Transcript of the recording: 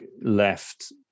left